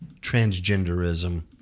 transgenderism